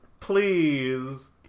please